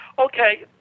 okay